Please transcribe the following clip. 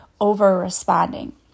over-responding